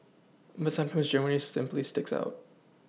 but sometimes Germany simply sticks out